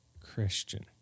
Christian